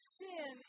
sin